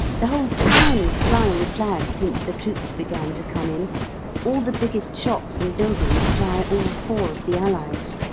the whole town is flying flags since the troops began to come in all the biggest shops and buildings fly all four of the allies.